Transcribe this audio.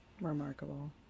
remarkable